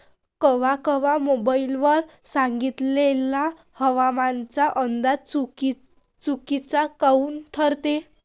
कवा कवा मोबाईल वर सांगितलेला हवामानाचा अंदाज चुकीचा काऊन ठरते?